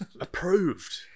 Approved